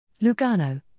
Lugano